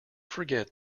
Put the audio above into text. forget